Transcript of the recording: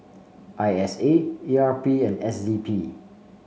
I S A E R P and S D P